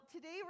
Today